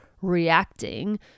reacting